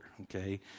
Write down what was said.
okay